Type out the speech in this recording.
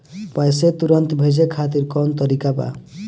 पैसे तुरंत भेजे खातिर कौन तरीका बा?